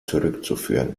zurückzuführen